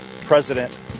president